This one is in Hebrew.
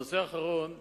הנושא האחרון,